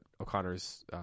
O'Connor's